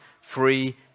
free